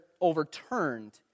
overturned